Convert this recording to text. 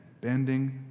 bending